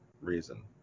reason